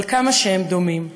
אבל כמה שהם דומים,